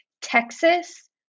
Texas